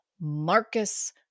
Marcus